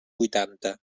vuitanta